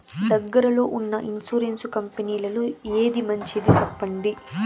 దగ్గర లో ఉన్న ఇన్సూరెన్సు కంపెనీలలో ఏది మంచిది? సెప్పండి?